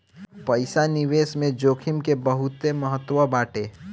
पईसा निवेश में जोखिम के बहुते महत्व बाटे